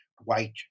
white